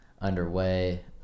underway